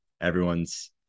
everyone's